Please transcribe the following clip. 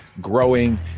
growing